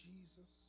Jesus